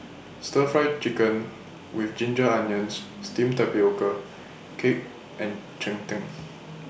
Stir Fry Chicken with Ginger Onions Steamed Tapioca Cake and Cheng Tng